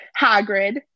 Hagrid